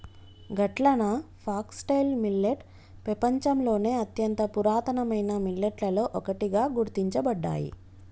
గట్లన foxtail millet పెపంచంలోని అత్యంత పురాతనమైన మిల్లెట్లలో ఒకటిగా గుర్తించబడ్డాయి